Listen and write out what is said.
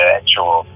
actual